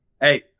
Hey